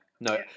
no